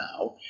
now